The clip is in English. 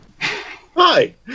Hi